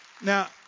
Now